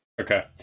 Okay